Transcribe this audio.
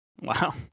Wow